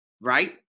right